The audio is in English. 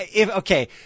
Okay